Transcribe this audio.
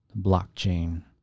blockchain